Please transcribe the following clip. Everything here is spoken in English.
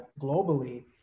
globally